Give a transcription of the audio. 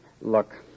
Look